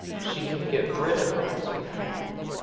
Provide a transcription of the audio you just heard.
she could get rid of bowser the hound.